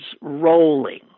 rolling